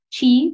chi